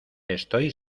estoy